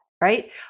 right